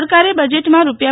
સરકારે બજેટમાં રૂા